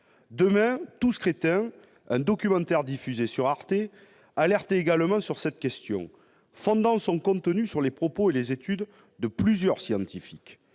sécurité nous alerte., un documentaire diffusé sur Arte, alertait également sur cette question, fondant son contenu sur les propos et les études de plusieurs scientifiques.